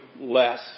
less